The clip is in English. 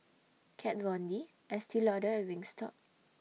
Kat Von D Estee Lauder and Wingstop